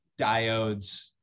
diodes